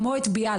כמו את ביאליק.